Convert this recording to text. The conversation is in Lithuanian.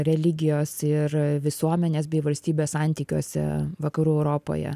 religijos ir visuomenės bei valstybės santykiuose vakarų europoje